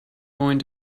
going